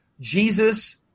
Jesus